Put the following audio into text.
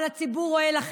אבל הציבור רואה לכם.